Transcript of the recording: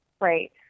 Right